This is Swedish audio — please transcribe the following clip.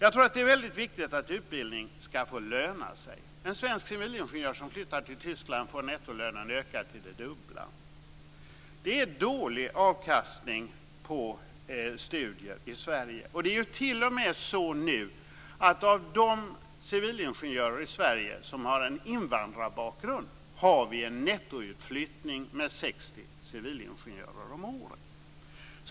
Jag tror att det är väldigt viktigt att utbildning får löna sig. Det är dålig avkastning på studier i Sverige. Det är t.o.m. så nu att av de civilingenjörer i Sverige som har invandrarbakgrund har vi en nettoutflyttning med 60 civilingenjörer om året.